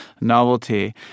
novelty